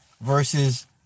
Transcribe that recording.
versus